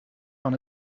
van